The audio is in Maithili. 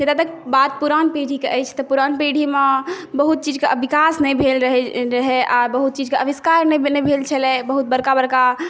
यदि बात पुरान पीढ़ीकेँ अछि तऽ पुरान पीढ़ीमे बहुत चीजकेँ विकास नहि भेल रहय आओर बहुत चीजकेँ अविष्कार नहि भेल छलय बहुत बड़का बड़का